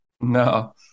No